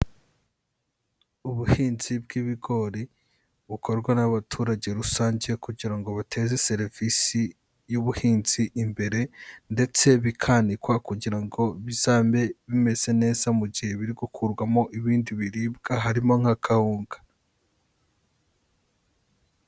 Ubuhinzi bw'ibigori bukorwa n'abaturage rusange kugira ngo buteze serivisi y'ubuhinzi imbere ndetse bikanikwa kugira ngo bizabe bimeze neza mu gihe biri gukurwamo ibindi biribwa harimo nka kawunga.